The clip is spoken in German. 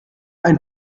ein